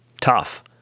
tough